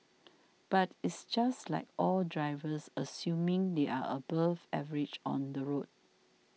but it's just like all drivers assuming they are above average on the road